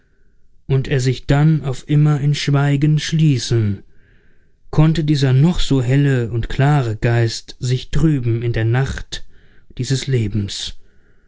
und er sich dann auf immer in schweigen schließen konnte dieser noch so helle und klare geist sich trüben in der nacht dieses lebens